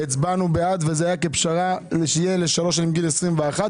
הצבענו בעד וזה היה כפשרה שיהיה לשלוש שנים מגיל 21,